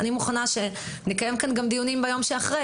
אני מוכנה שנקיים כאן גם דיונים ביום שאחרי